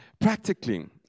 practically